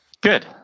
Good